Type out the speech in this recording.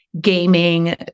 gaming